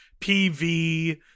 PV